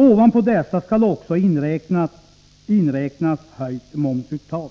Ovanpå dessa skall också läggas ett höjt momsuttag.